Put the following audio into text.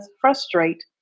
frustrate